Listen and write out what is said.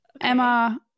Emma